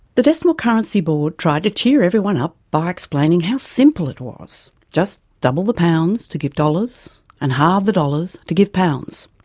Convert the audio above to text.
the decimal currency board tried to cheer everyone up by explaining how simple it was. just double the pounds to give dollars and halve the dollars to give pounds.